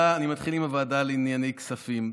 אני מתחיל עם הוועדה לענייני כספים.